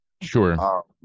sure